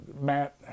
Matt